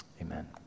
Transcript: Amen